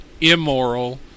immoral